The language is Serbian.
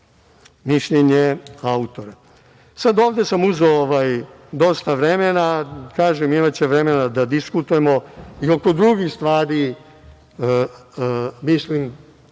mišljenje autora. Ovde sam uzeo dosta vremena. Kažem, imaće vremena da diskutujemo i oko drugih stvari. Mislim